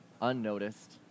unnoticed